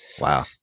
Wow